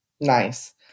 Nice